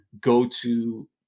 go-to